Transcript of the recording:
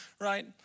right